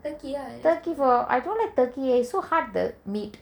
turkey for I don't like turkey eh so hard the meat